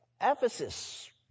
Ephesus